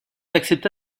accepta